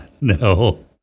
No